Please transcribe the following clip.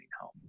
home